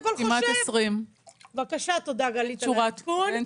כל חושב --- כמעט 20,000. תודה גלית על התיקון.